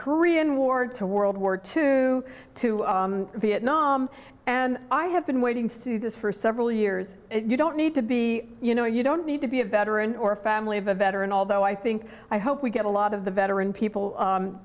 korean war to world war two to vietnam and i have been waiting to see this for several years you don't need to be you know you don't to be a veteran or a family of a veteran although i think i hope we get a lot of the veteran people